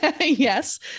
Yes